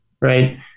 right